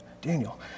Daniel